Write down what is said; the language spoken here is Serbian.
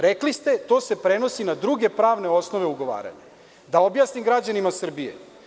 Rekli ste, to se prenosi na druge pravne osnove ugovaranja, da objasnim građanima Srbije.